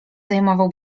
zajmował